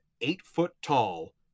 eight-foot-tall